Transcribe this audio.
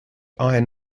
iron